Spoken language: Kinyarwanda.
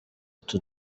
utu